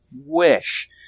wish